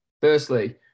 firstly